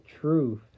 truth